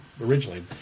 originally